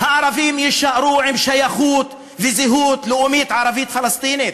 הערבים יישארו עם שייכות וזהות לאומית ערבית-פלסטינית.